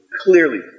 clearly